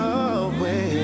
away